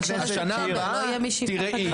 אז שנה הבאה תיראה שונה.